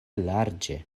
larĝe